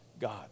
God